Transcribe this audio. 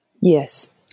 Yes